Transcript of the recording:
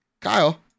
Kyle